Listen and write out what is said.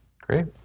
Great